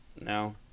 No